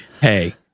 hey